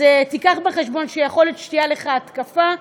אז קח בחשבון שיכול להיות שתהיה עליך התקפה.